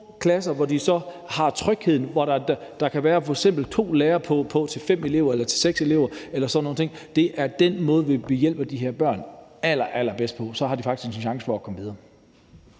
klasser, hvor de føler tryghed, og hvor der f.eks. kan være to lærere til fem eller seks elever eller deromkring, er den måde, vi hjælper de her børn allerallerbedst på. Så har de faktisk en chance for at komme videre.